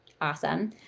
Awesome